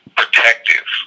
protective